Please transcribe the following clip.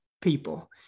people